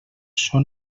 són